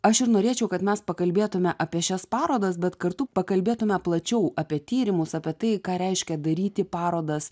aš ir norėčiau kad mes pakalbėtume apie šias parodas bet kartu pakalbėtume plačiau apie tyrimus apie tai ką reiškia daryti parodas